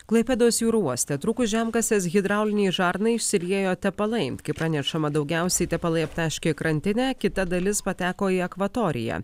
klaipėdos jūrų uoste trūkus žemkasės hidraulinei žarnai išsiliejo tepalai kaip pranešama daugiausiai tepalai aptaškė krantinę kita dalis pateko į akvatoriją